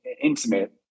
intimate